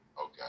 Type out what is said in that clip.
Okay